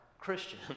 Christian